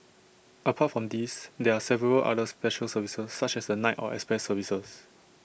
apart from these there are several other special services such as the night or express services